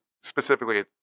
specifically